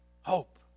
Hope